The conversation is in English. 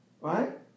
Right